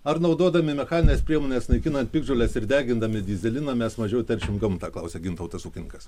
ar naudodami mechanines priemones naikinant piktžoles ir degindami dyzeliną mes mažiau teršiam gamtą klausia gintautas ūkininkas